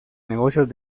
negocios